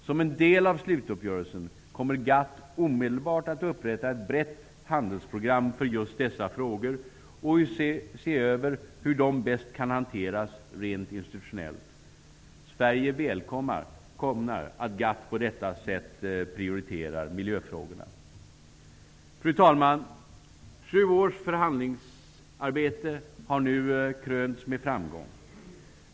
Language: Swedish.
Som en del av slutuppgörelsen kommer GATT omedelbart att upprätta ett brett handlingsprogram för just dessa frågor och se över hur de bäst kan hanteras rent institutionellt. Sverige välkomnar att GATT på detta sätt prioriterar miljöfrågorna. Fru talman! Sju års förhandlingsarbete har nu krönts med framgång.